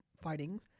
fighting